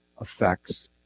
effects